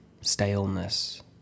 staleness